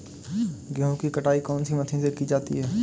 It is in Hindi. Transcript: गेहूँ की कटाई कौनसी मशीन से की जाती है?